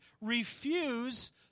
refuse